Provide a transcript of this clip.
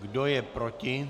Kdo je proti?